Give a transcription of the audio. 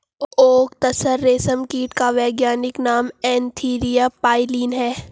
okay तसर रेशम कीट का वैज्ञानिक नाम एन्थीरिया प्राइलीन है